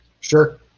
Sure